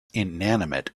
inanimate